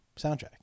soundtrack